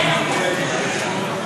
זה נכון.